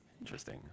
Interesting